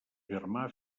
germà